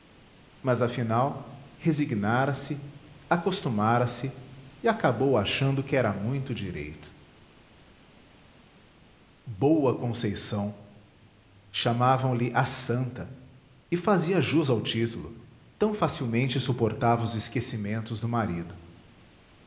mas afinal resignara se acostumara se e acabou achando que era muito direito boa conceição chamavam-lhe a santa e fazia jus ao título tão facilmente suportava os esquecimentos do marido